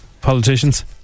politicians